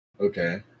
Okay